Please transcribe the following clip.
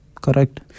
Correct